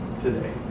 today